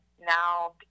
now